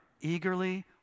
eagerly